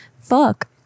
fuck